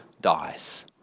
dies